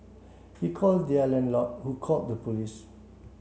he called their landlord who called the police